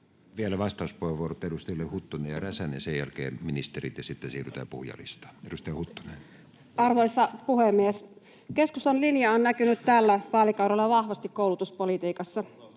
Vielä vastauspuheenvuorot edustajille Huttunen ja Räsänen, sen jälkeen ministerit, ja sitten siirrytään puhujalistaan. — Edustaja Huttunen. Arvoisa puhemies! Keskustan linja on näkynyt tällä vaalikaudella vahvasti koulutuspolitiikassa.